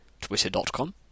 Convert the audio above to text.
twitter.com